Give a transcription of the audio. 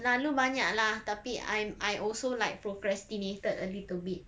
selalu banyak lah tapi I'm I also like procrastinated a little bit